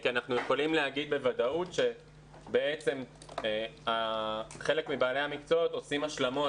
כי אנחנו יכולים להגיד בוודאות שבעצם חלק מבעלי המקצועות עושים השלמות